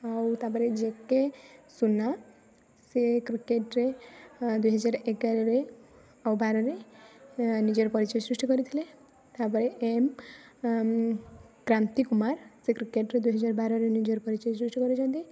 ଆଉ ତା'ପରେ J K Suna ସେ କ୍ରିକେଟ୍ରେ ଦୁଇ ହଜାର ଏଗାରରେ ଓ ବାରରେ ନିଜର ପରିଚୟ ସୃଷ୍ଟି କରିଥିଲେ ତା'ପରେ ଏମ୍ କ୍ରାନ୍ତି କୁମାର ସେ କ୍ରିକେଟରେ ଦୁଇ ହଜାର ବାରରେ ନିଜର ପରିଚୟ ସୃଷ୍ଟି କରିଛନ୍ତି